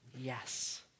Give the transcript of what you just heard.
Yes